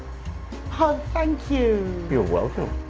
but thank you! you're welcome.